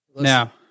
Now